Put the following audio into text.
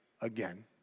again